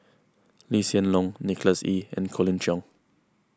Lee Hsien Loong Nicholas Ee and Colin Cheong